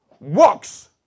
walks